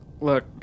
Look